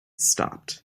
stopped